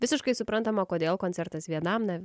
visiškai suprantama kodėl koncertas vienam na